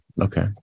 Okay